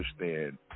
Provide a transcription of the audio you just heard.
understand